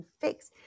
fix